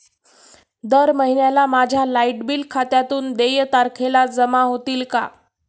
दर महिन्याला माझ्या लाइट बिल खात्यातून देय तारखेला जमा होतील का?